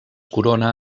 corona